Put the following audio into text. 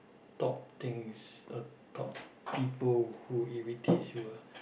top things or top people who irritates you ah